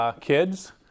kids